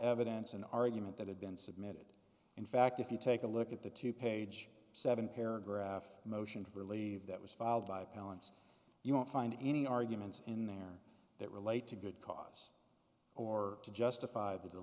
evidence and argument that had been submitted in fact if you take a look at the two page seven paragraph motion for leave that was filed by appellants you won't find any arguments in there that relate to good cause or to justify the